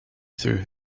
through